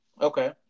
Okay